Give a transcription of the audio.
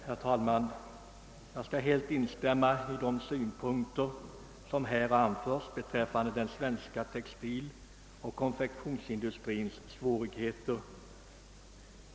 Herr talman! Jag vill helt instämma i de synpunkter som här anförts be träffande den svenska textiloch konfektionsindustrins läge.